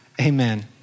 Amen